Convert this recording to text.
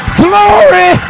glory